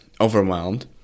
overwhelmed